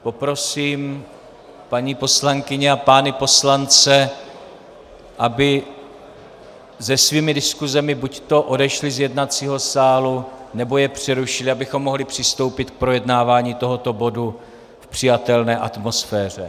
Poprosím paní poslankyně a pány poslance, aby se svými diskusemi buďto odešli z jednacího sálu, nebo je přerušili, abychom mohli přistoupit k projednávání tohoto bodu v přijatelné atmosféře.